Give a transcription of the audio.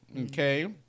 Okay